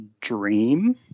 dream